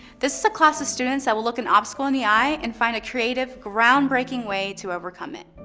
this is a class of students that will look an obstacle in the eye and find a creative groundbreaking way to overcome it.